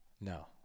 No